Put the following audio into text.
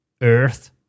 Earth